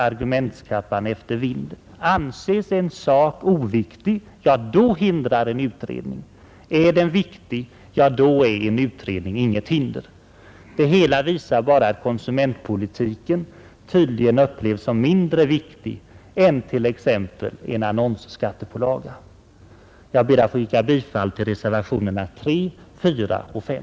Anses en sak oviktig — ja, då hindrar en utredning. Är den viktig — då är en utredning inget hinder. Det hela visar bara att konsumentpolitiken tydligen upplevs som mindre viktig än t.ex. en annonsskattepålaga. Jag ber att få yrka bifall till reservationerna 3, 4 och 5.